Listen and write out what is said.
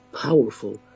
powerful